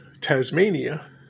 Tasmania